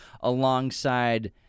alongside